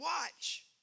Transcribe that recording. watch